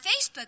Facebook